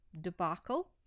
debacle